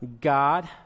God